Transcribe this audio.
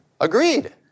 Agreed